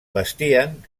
vestien